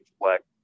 reflect